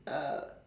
err